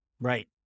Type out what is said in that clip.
Right